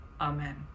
amen